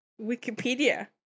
Wikipedia